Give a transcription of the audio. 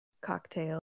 cocktail